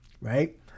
Right